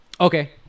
okay